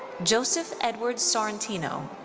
joseph edward sorrentino.